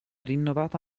rinnovata